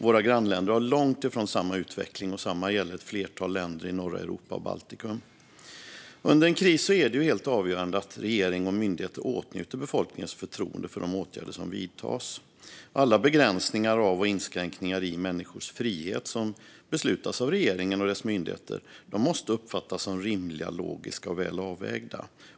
Våra grannländer har långt ifrån samma utveckling, och detsamma gäller ett flertal länder i norra Europa och Baltikum. Under en kris är det helt avgörande att regering och myndigheter åtnjuter befolkningens förtroende för de åtgärder som vidtas. Alla begränsningar av och inskränkningar i människors frihet som beslutas av regeringen och dess myndigheter måste uppfattas som rimliga, logiska och väl avvägda.